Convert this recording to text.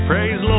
Praise